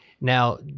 Now